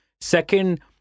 Second